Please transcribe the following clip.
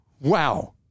Wow